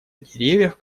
деревьев